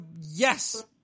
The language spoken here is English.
yes